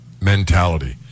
mentality